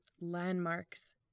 landmarks